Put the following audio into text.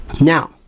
Now